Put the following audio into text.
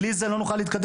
בלי זה לא נוכל להתקדם.